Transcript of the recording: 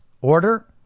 order